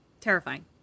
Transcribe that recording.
Terrifying